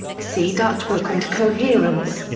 see dutch book and coherence.